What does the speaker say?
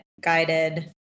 guided